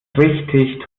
richtig